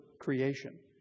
creation